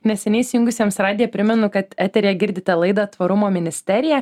neseniai įsijungusiems radiją primenu kad eteryje girdite laidą tvarumo ministerija